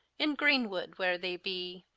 in greenwood where the bee.